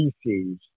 species